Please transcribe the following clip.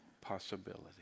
possibility